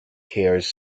hears